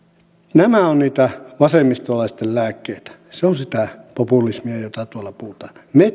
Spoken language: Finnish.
nämä ovat niitä vasemmistolaisten lääkkeitä se on sitä populismia jota tuolla puhutaan me